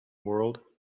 world